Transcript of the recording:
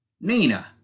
Nina